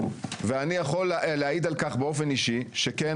ואני יכול להעיד על כך באופן אישי שכן